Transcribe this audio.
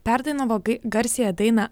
perdainavo garsiąją dainą